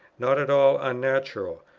not at all unnatural,